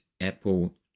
Apple